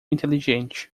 inteligente